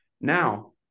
Now